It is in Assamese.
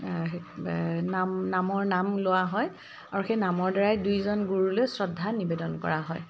নাম নামৰ নাম লোৱা হয় আৰু সেই নামৰ দ্বাৰাই দুইজন গুৰুলৈ শ্ৰদ্ধা নিবেদন কৰা হয়